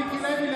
מיקי לוי?